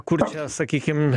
kur čia sakykime